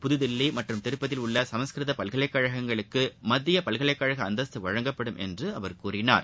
புதுதில்லி மற்றும் திருப்பதியில் உள்ள சமஸ்கிருத பல்கலைக்கழகங்களுக்கு மத்திய பல்கலைக்கழக அந்தஸ்து வழங்கப்படும் என்ற அவர் கூறினார்